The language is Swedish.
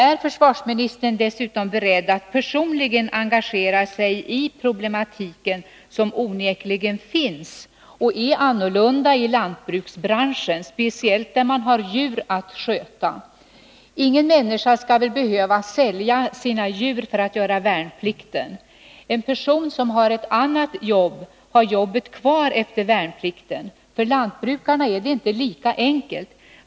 Är försvarsministern beredd att personligen engagera sig i de problem som onekligen finns och som är annorlunda i lantbrukarbranschen än på andra håll, speciellt om man har djur att sköta? Ingen människa skall väl behöva sälja sina djur för att göra värnplikten? En person som har ett annat jobb har jobbet kvar efter värnpliktstiden. För lantbrukarna är det inte lika enkelt.